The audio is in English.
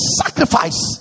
sacrifice